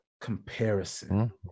comparison